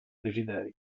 desideri